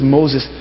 Moses